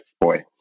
boy